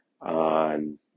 on